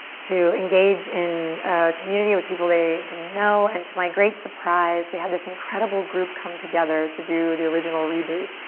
to engage in a community with people they didn't know and to my great surprise we had this incredible group come together to do the original reboot.